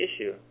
issue